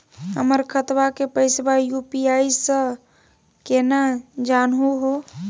हमर खतवा के पैसवा यू.पी.आई स केना जानहु हो?